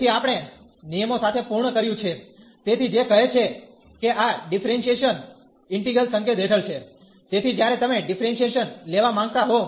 તેથી આપણે નિયમો સાથે પૂર્ણ કર્યું છે તેથી જે કહે છે કે આ ડીફરેંશીયેશન ઈન્ટિગ્રલ સંકેત હેઠળ છે તેથી જ્યારે તમે ડીફરેંશીયેશન લેવા માંગતા હો